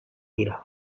dira